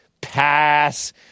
Pass